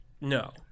No